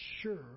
Sure